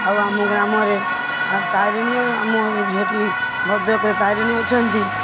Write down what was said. ଆଉ ଆମ ଗ୍ରାମରେ ଆଉ ତାରିଣୀ ସେଇଠି ଭଦ୍ରକରେ ତାରିଣୀ ଅଛନ୍ତି